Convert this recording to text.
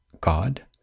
God